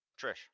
Trish